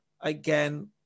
again